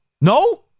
No